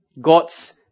God's